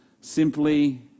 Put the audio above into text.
Simply